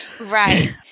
Right